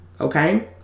okay